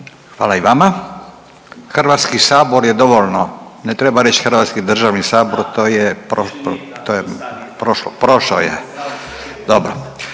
Hvala i vama. Hrvatski sabor je dovoljno ne treba reći Hrvatski državni sabor, to je prošao je.